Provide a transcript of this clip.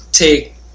Take